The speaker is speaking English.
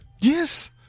Yes